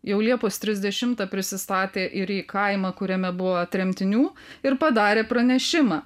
jau liepos trisdešimtą prisistatė ir į kaimą kuriame buvo tremtinių ir padarė pranešimą